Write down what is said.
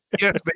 Yes